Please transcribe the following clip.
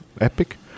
epic